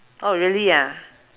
oh really ah